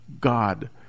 God